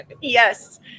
Yes